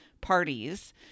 parties